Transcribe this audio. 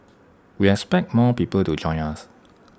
we expect more people to join us